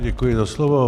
Děkuji za slovo.